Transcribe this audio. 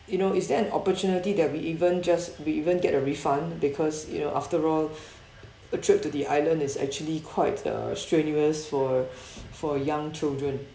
you know is there an opportunity that we even just we even get a refund because you know after all a trip to the island is actually quite uh strenuous for for young children